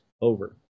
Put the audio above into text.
over